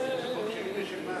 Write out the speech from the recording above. חוק שלי ושל,